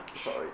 Sorry